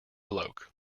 bloke